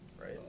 right